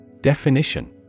Definition